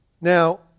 Now